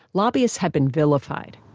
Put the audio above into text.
lobbyists have been vilified